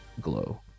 glow